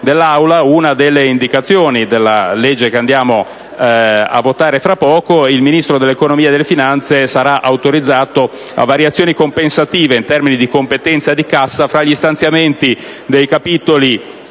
una delle indicazioni della legge che andiamo a votare fra poco: il Ministro dell'economia e delle finanze sarà autorizzato a variazioni compensative, in termini di competenza e di cassa, tra gli stanziamenti dei capitoli